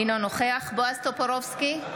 אינו נוכח בועז טופורובסקי,